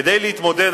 כדי להתמודד,